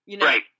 right